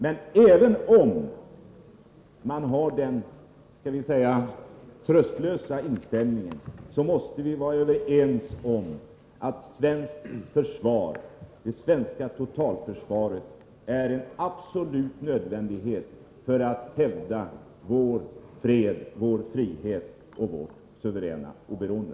Men även om man har den — skall vi säga tröstlösa — inställning som Åke Gustavsson uttryckte, så måste vi vara överens om att det svenska totalförsvaret är en absolut nödvändighet för att hävda vår fred, vår frihet och vårt suveräna oberoende.